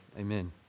Amen